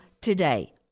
today